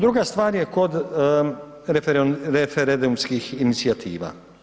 Druga stvar je kod referendumskih inicijativa.